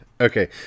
Okay